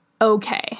okay